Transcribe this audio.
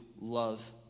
love